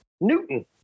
Newton